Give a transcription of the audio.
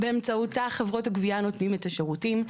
באמצעותה חברות הגבייה נותנות את השירותים.